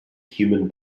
human